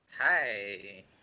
Hi